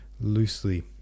loosely